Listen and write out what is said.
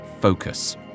focus